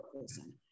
person